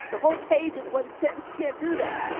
the whole page is one sentence. you can't do that.